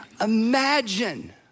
Imagine